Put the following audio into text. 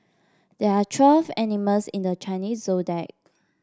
there are twelve animals in the Chinese Zodiac